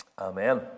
Amen